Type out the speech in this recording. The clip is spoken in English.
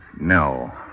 No